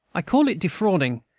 i call it defrauding,